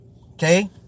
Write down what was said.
Okay